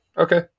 Okay